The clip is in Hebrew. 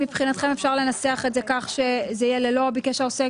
מבחינתכם אפשר לנסח את זה כך שזה יהיה ללא ביקש העוסק?